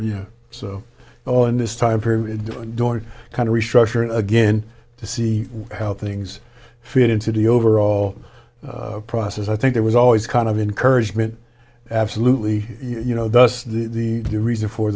during kind of restructuring again to see how things fit into the overall process i think there was always kind of encouragement absolutely you know thus the reason for